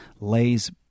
Lays